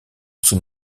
son